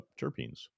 terpenes